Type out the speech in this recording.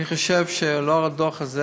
אני חושב שלאור הדוח הזה